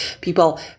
people